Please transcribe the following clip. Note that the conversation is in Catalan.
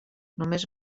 només